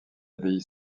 abbaye